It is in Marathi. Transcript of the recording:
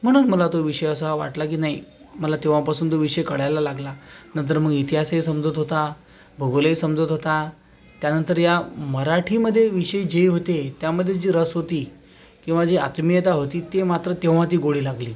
म्हणून मला तो विषय असा वाटला की नाही मला तेव्हापासून तो विषय काढायला लागला नंतर मग इतिहासही समजत होता भूगोलही समजत होता त्यानंतर या मराठीमध्ये विषय जे होते त्यामध्ये जी रस होती किंवा जी आत्मीयता होती ती मात्र तेव्हा ती गोडी लागली